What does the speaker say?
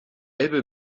elbe